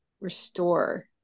restore